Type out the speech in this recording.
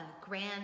grand